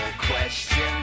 question